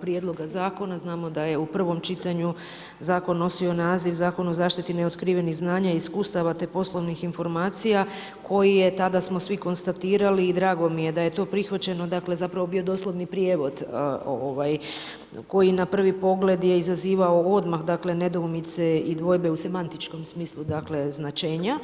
prijedloga zakona, znamo da je u prvom čitanju zakon nosio naziv Zakon o zaštiti neotkrivenih znanja i iskustava, te poslovnih informacija, koje je, tada smo svi konstatirali i drago mi je da je to prihvaćeno, dakle, zapravo bio doslovan prijevod, koji na prvi pogled je izazivao odmah, nedoumice i dvojbe u semantičkom smislu, značenja.